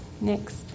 Next